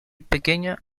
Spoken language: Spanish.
pequeña